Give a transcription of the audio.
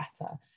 better